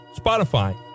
Spotify